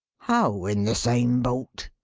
how in the same boat?